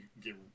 get